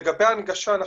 לגבי ההנגשה,